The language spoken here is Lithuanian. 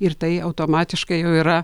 ir tai automatiškai jau yra